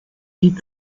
die